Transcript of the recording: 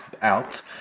out